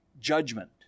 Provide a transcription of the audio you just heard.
judgment